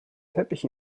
teppich